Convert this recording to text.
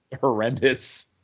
horrendous